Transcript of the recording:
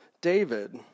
David